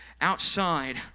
outside